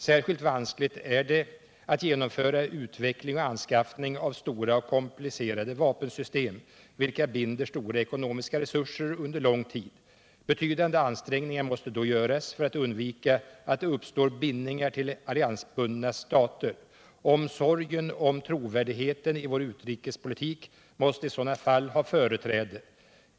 Särskilt vanskligt är det att genomföra utveckling och anskaffning av stora komplicerade vapensystem, vilka binder ekonomiska resurser under lång tid. Betydande ansträngningar måste då göras för att undvika att det uppstår bindningar till alliansbundna stater. Omsorgen om trovärdigheten i vår utrikespolitik måste i sådana fall ha företräde.